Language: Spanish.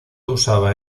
usaba